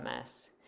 MS